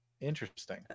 Interesting